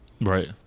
Right